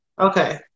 Okay